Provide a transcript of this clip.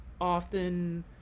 often